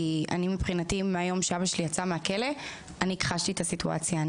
מבחינתי מהיום שאבא שלי יצא מהכלא הכחשתי את הסיטואציה.